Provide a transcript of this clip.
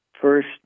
first